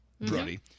Brody